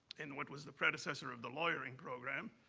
and what was the predecessor of the lawyering program.